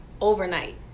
overnight